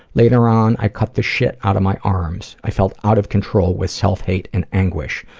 later on, i cut the shit out of my arms. i felt out of control with self hate and anguish,